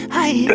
i.